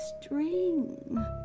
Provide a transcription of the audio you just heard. string